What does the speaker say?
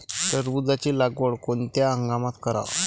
टरबूजाची लागवड कोनत्या हंगामात कराव?